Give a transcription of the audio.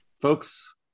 folks